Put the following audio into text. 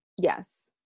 Yes